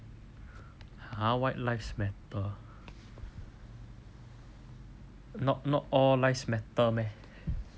!huh! white lives matter not all lives matter meh